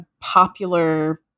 popular